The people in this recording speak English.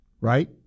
right